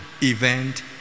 event